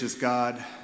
God